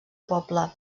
poble